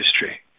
history